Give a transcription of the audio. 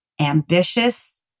ambitious